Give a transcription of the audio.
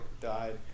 Died